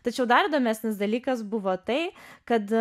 tačiau dar įdomesnis dalykas buvo tai kad